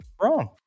Wrong